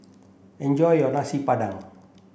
enjoy your Nasi Padang